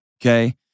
okay